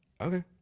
Okay